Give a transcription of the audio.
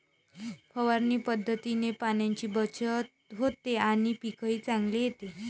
फवारणी पद्धतीने पाण्याची बचत होते आणि पीकही चांगले येते